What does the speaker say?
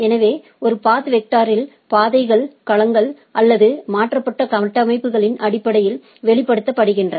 எனவே ஒரு பாத் வெக்டரில் பாதைகள் களங்கள் அல்லது மாற்றப்பட்ட கட்டமைப்புகளின் அடிப்படையில் வெளிப்படுத்தப்படுகின்றன